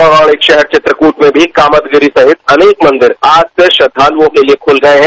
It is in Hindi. पौराणिक शहर वित्रकूट में भी कामदभिरि सहित अनेक मांदेर आज से श्रद्वालयों के लिए खुल गए हैं